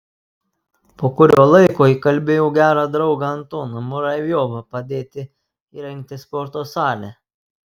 po kurio laiko įkalbėjau gerą draugą antoną muravjovą padėti įrengti sporto salę